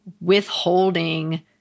withholding